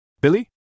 Billy